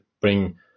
bring